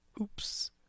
oops